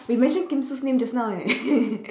we mention kim sue's name just now eh